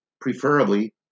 preferably